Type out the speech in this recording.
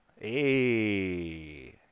Hey